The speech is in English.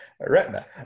retina